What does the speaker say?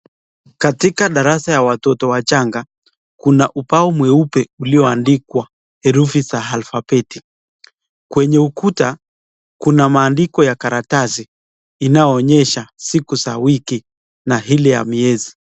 Katika darasa ya watoto wachanga, kuna ubao mweupe uliyoandikwa erufi za alfabeti, kwenye ukuta kuna maandiko ya karatasi, inayoonyesha siku za wiki, na hili ya miezi.